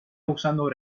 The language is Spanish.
usando